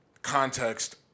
context